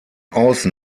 außen